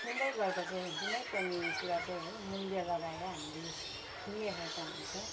किन्दै गर्दा चाहिँ जुनै पनि कुरा चाहिँ है मुल्य लगाएर हामीले किनिरहेका हुन्छौँ